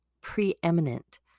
preeminent